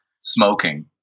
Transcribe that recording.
smoking